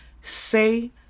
say